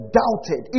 doubted